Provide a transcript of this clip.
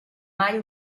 mai